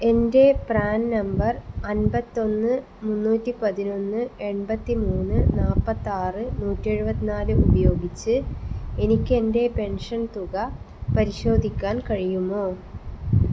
എൻ്റെ P R A N നമ്പർ അൻപത്തൊന്ന് മുന്നൂറ്റി പതിനൊന്ന് എൺപത്തി മൂന്ന് നാൽപ്പത്താറ് നൂറ്റി എഴുപത്തി നാല് ഉപയോഗിച്ച് എനിക്ക് എൻ്റെ പെൻഷൻ തുക പരിശോധിക്കാൻ കഴിയുമോ